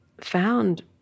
found